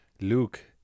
Luke